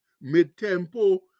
mid-tempo